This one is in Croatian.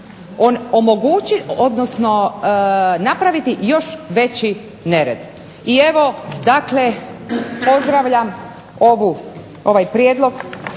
omogućiti, odnosno napraviti još veći nered. I evo dakle, pozdravljam ovaj prijedlog